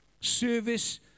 service